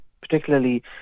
particularly